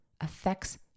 affects